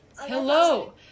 Hello